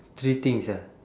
three things ah